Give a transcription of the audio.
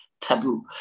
taboo